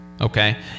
Okay